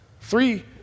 three